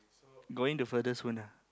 going to further soon ah